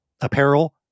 apparel